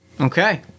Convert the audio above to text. okay